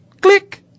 click